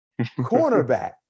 cornerback